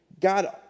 God